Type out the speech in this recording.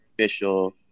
official